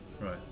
Right